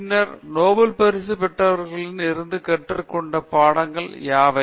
பின்னர் நோபல் பரிசு பெற்றவர்களில் இருந்து கற்றுக்கொண்ட பாடங்கள் யாவை